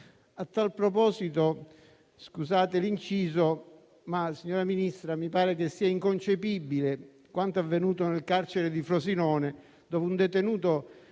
A tal proposito, scusate l'inciso, ma, signora Ministra, mi pare che sia inconcepibile quanto avvenuto nel carcere di Frosinone, dove un detenuto